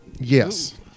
Yes